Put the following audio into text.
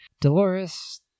Dolores